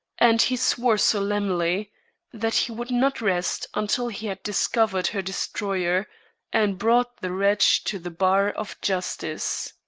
and he swore solemnly that he would not rest until he had discovered her destroyer and brought the wretch to the bar of justice.